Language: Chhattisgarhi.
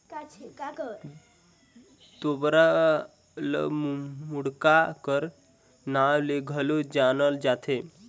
तोबरा ल मुड़क्का कर नाव ले घलो जानल जाथे